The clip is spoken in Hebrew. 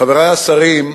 חברי השרים,